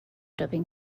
doping